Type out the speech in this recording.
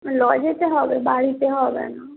লজেতে হবে বাড়িতে হবে না